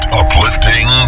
uplifting